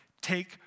take